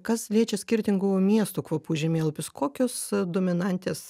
kas liečia skirtingų miestų kvapų žemėlapius kokios dominantės